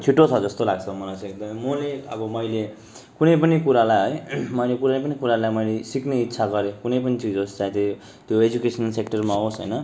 छिटो छ जस्तो लाग्छ मलाई चाहिँ एकदमै म नै अब मैले कुनै पनि कुरालाई है मैले कुनै पनि कुरालाई मैले सिक्ने इच्छा गरेँ कुनै पनि चिज होस् चाहे त्यो एजुकेसन सेक्टरमा होस् होइन